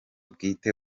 bwite